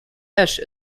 ash